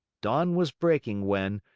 dawn was breaking when,